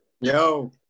Yo